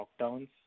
lockdowns